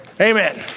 Amen